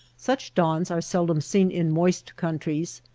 such dawns are sel dom seen in moist countries,